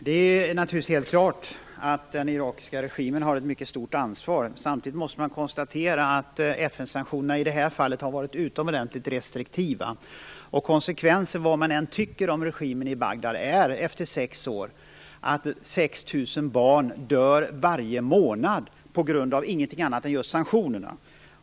Fru talman! Naturligtvis har den irakiska regimen ett mycket stort ansvar. Samtidigt måste man konstatera att FN-sanktionerna i det här fallet har varit utomordentligt restriktiva. Vad man än tycker om regimen i Bagdad är konsekvensen efter 6 år att det dör 6 000 barn varje månad, på grund av ingenting annat än just sanktionerna.